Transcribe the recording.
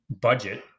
budget